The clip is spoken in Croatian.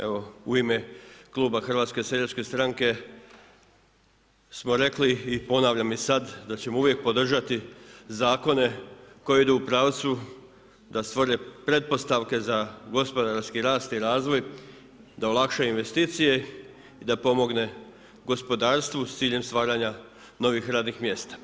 Evo u ime Kluba HSS-a smo rekli i ponavljam i sad da ćemo uvijek podržati zakone koji idu u pravcu da stvore pretpostavke za gospodarski rast i razvoj, da olakša investicije i da pomogne gospodarstvu sa ciljem stvaranja novih radnih mjesta.